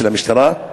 של המשטרה,